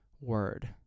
word